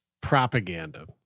propaganda